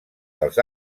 dels